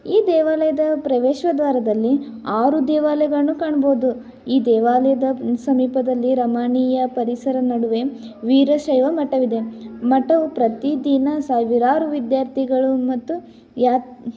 ಈ ದೇವಾಲಯದ ಪ್ರವೇಶದ್ವಾರದಲ್ಲಿ ಆರು ದೇವಾಲಯಗಳನ್ನು ಕಾಣ್ಬೋದು ಈ ದೇವಾಲಯದ ಸಮೀಪದಲ್ಲಿ ರಮಣೀಯ ಪರಿಸರ ನಡುವೆ ವೀರಶೈವ ಮಠವಿದೆ ಮಠವು ಪ್ರತಿ ದಿನ ಸಾವಿರಾರು ವಿದ್ಯಾರ್ಥಿಗಳು ಮತ್ತು ಯಾ